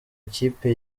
ikipe